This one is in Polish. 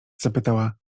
zapytała